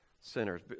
sinners